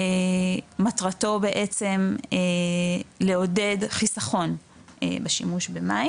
מטרתו בעצם לעודד חיסכון בשימו שמים.